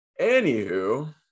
Anywho